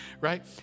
right